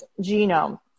genome